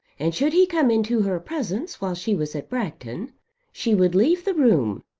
and should he come into her presence while she was at bragton she would leave the room.